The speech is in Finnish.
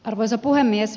arvoisa puhemies